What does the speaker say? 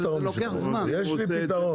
יש לי פתרון.